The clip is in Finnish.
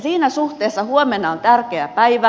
siinä suhteessa huomenna on tärkeä päivä